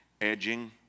edging